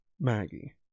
Maggie